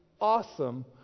awesome